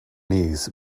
knees